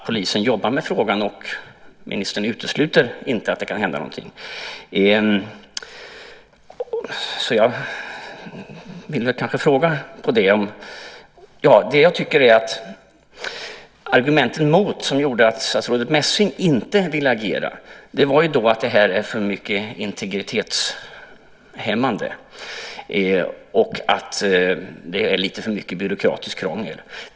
Polisen jobbar med frågan, och ministern utesluter inte att det kan hända någonting. Argumenten emot som gjorde att statsrådet Messing inte ville agera var att det är för mycket integritetshämmande och lite för mycket byråkratiskt krångel.